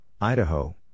Idaho